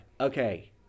okay